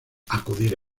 acudir